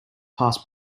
pass